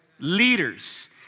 Leaders